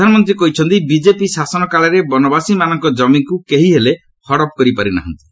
ପ୍ରଧାନମନ୍ତ୍ରୀ କହିଛନ୍ତି ବିଜେପି ଶାସନ କାଳରେ ବନବାସୀମାନଙ୍କ କମିକୁ କେହି ହେଲେ ହଡପ କରି ପାରିନାହାନ୍ତି